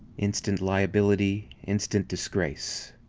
instant liability, instant disgrace.